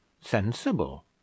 sensible